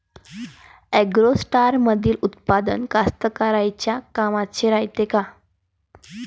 ॲग्रोस्टारमंदील उत्पादन कास्तकाराइच्या कामाचे रायते का?